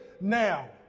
now